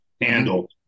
handle